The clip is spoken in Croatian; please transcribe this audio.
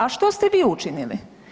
A što ste vi učinili?